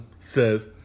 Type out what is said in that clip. says